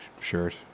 shirt